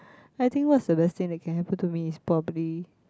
I think what's the best thing that can happen to me is probably